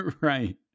right